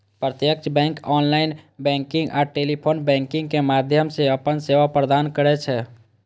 प्रत्यक्ष bank online banking आ telephone banking के माध्यम सं अपन सेवा प्रदान करै छै